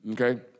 Okay